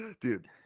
dude